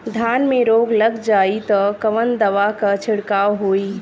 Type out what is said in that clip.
धान में रोग लग जाईत कवन दवा क छिड़काव होई?